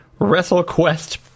WrestleQuest